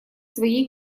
своей